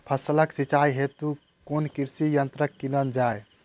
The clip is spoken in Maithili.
फसलक सिंचाई हेतु केँ कृषि यंत्र कीनल जाए?